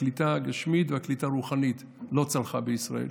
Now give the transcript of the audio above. הקליטה הגשמית והקליטה הרוחנית, לא צלחה בישראל,